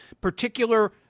particular